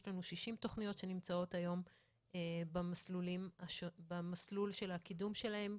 יש לנו 60 תכניות שנמצאות היום במסלול של הקידום שלהן,